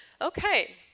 Okay